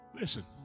Listen